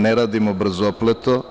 Ne radimo brzopleto.